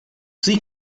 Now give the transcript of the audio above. sie